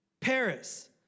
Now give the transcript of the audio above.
Paris